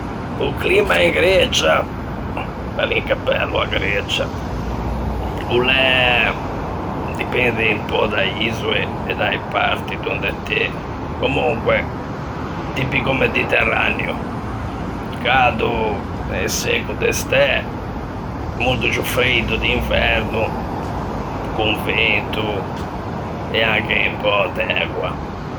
O climma in Grecia, bellin che bello a Grecia, o l'é - dipende un pö da-e isoe e da-e parti donde t'ê - comonque tipico mediterraneo, cado e secco de stæ, molto ciù freido d'inverno, con vento e anche un pö d'ægua.